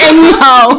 Anyhow